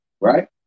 right